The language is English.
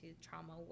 trauma